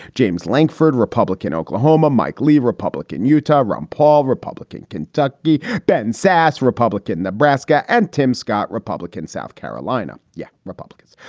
james lankford, republican, oklahoma. mike lee, republican, utah. ron paul, republican, kentucky. ben sasse, republican, nebraska. and tim scott, republican, south carolina yeah republicans.